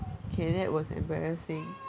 K that was embarrassing